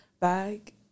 bag